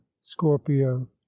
scorpio